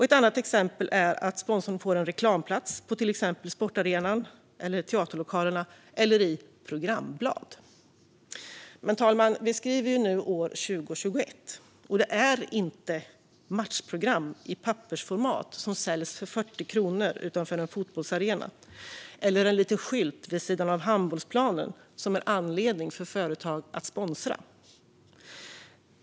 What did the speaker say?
Ett annat exempel är att sponsorn får en reklamplats på till exempel sportarenan, i teaterlokalerna eller i programblad. Men vi skriver nu år 2021, fru talman, och det är inte matchprogram i pappersformat som säljs för 40 kronor utanför en fotbollsarena eller en liten skylt vid sidan av handbollsplanen som är företagens anledning att sponsra.